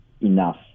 enough